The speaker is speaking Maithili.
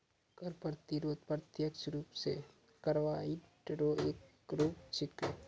कर प्रतिरोध प्रत्यक्ष रूप सं कार्रवाई रो एक रूप छिकै